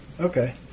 Okay